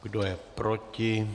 Kdo je proti?